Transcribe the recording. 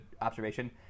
observation